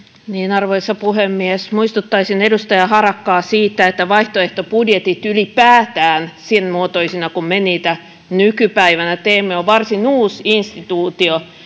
arvoisa puhemies muistuttaisin edustaja harakkaa siitä että vaihtoehtobudjetit ylipäätään sen muotoisina kuin me niitä nykypäivänä teemme ovat varsin uusi instituutio